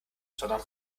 sondern